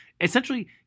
Essentially